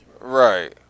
right